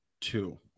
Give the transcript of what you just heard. two